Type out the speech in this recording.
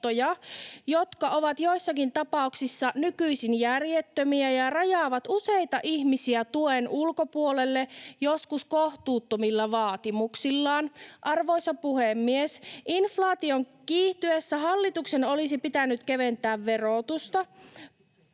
jotka ovat joissakin tapauksissa nykyisin järjettömiä ja rajaavat useita ihmisiä tuen ulkopuolelle joskus kohtuuttomilla vaatimuksillaan. Arvoisa puhemies! Inflaation kiihtyessä hallituksen olisi pitänyt keventää verotusta.